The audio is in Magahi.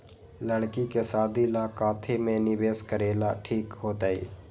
लड़की के शादी ला काथी में निवेस करेला ठीक होतई?